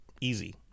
easy